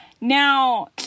Now